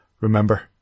Remember